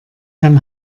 kann